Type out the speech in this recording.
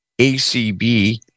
ACB